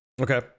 okay